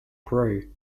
grew